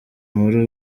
muri